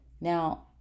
Now